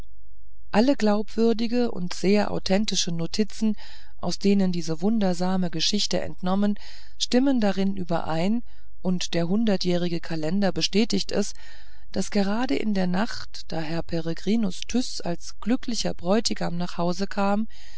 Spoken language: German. alle glaubwürdige und sehr authentische notizen aus denen diese wundersame geschichte entnommen stimmen darin überein und der hundertjährige kalender bestätiget es daß gerade in der nacht da herr peregrinus tyß als glücklicher bräutigam nach hause kam